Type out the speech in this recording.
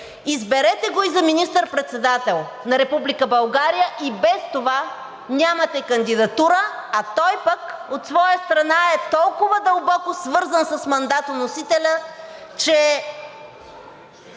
Изберете го и за министър-председател на Република България, и без това нямате кандидатура. А той пък от своя страна е толкова дълбоко свързан с мандатоносителя, че